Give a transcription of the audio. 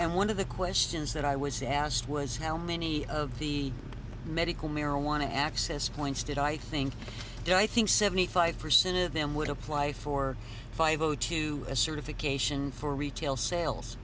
and one of the questions that i was asked was how many of the medical marijuana access points did i think do i think seventy five percent of them would apply for five o two a certification for retail sales